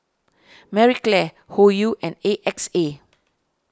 Marie Claire Hoyu and A X A